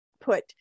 put